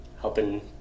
Helping